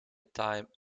time